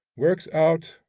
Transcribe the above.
works out,